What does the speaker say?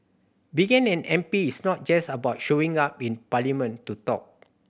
being an M P is not just about showing up in parliament to talk